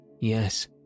Yes